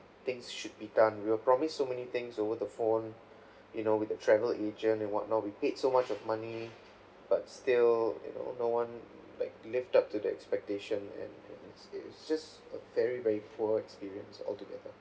things should be done we were promised so many things over the phone you know with the travel agent and whatnot we paid so much of money but still you know no one like lived up to the expectation and and it is just a very very poor experience altogether